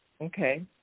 Okay